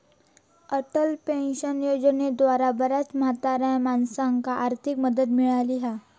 Atal pension योजनेद्वारा बऱ्याच म्हाताऱ्या माणसांका आर्थिक मदत मिळाली हा